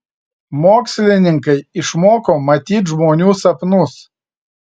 mokslininkai išmoko matyt žmonių sapnus